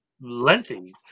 lengthy